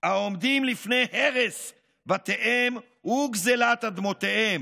העומדים לפני הרס בתיהם וגזלת אדמותיהם,